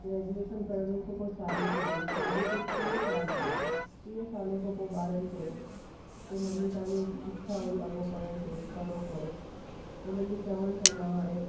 graduation करण खां पोइ शादी थी वई शादी खे टीह साल थी वया टीह साल खां पोइ ॿारनि चयो कि मम्मी तव्हांजो इच्छा हुई अॻो पढ़ण ते पढ़ो पढ़ो हुननि जी चवण सां मां हाणे